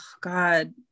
God